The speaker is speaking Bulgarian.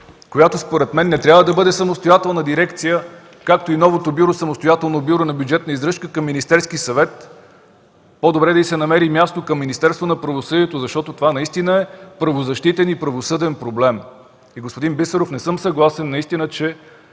която според мен не трябва да бъде самостоятелна дирекция, както и новото самостоятелно бюро на бюджетна издръжка към Министерския съвет. По-добре да й се намери място към Министерството на правосъдието, защото това наистина е правозащитен и правосъден проблем. Господин Бисеров, не съм съгласен, че